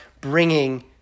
bringing